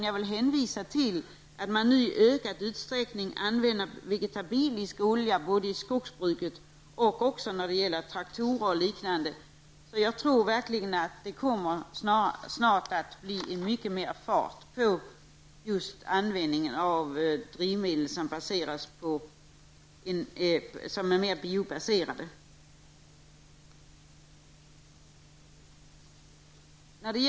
Jag kan hänvisa till att man nu i ökad utsträckning använder vegetabilisk olja både i skogsbruket och i traktorer. Jag tror därför att det kommer att bli mycket vanligare med drivmedel som är mer biobränslebaserade.